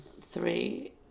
Three